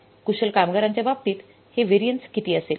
कुशल कामगारांच्या बाबतीत हे व्हॅरियन्स किती असेल